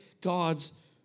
God's